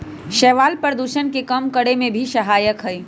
शैवाल प्रदूषण के कम करे में भी सहायक हई